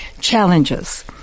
challenges